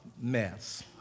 mess